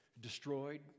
destroyed